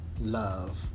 Love